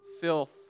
filth